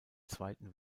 zweiten